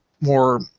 more